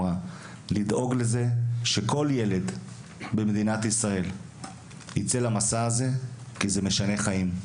לדאוג לכך שכל ילד במדינת ישראל יצא למסע הזה כי הוא משנה חיים.